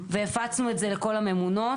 והפצנו את זה לכל הממונות.